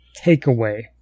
takeaway